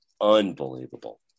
unbelievable